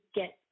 get